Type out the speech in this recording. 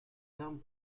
terme